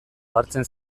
ohartzen